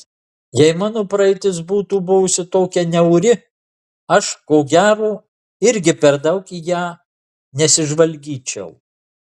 jei mano praeitis būtų buvusi tokia niauri aš ko gero irgi per daug į ją nesižvalgyčiau